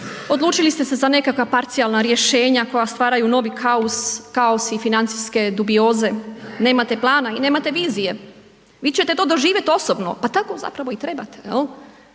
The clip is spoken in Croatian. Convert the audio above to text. Odlučili ste se za nekakva parcijalna rješenja koja stvaraju novi kaos i financijske dubioze, nemate plana i nemate vizije. Vi ćete to doživjeti osobno, pa tako zapravo i trebate.